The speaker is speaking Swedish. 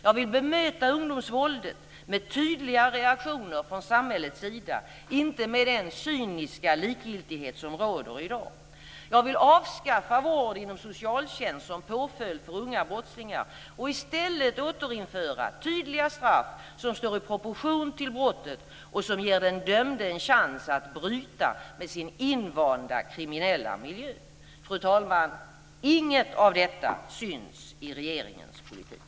Jag vill bemöta ungdomsvåldet med tydliga reaktioner från samhällets sida, inte med den cyniska likgiltighet som råder i dag. Jag vill avskaffa vård inom socialtjänst som påföljd för unga brottslingar och i stället återinföra tydliga straff som står i proportion till brottet och som ger den dömde en chans att bryta med sin invanda kriminella miljö. Fru talman! Inget av detta syns i regeringens politik.